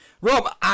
rob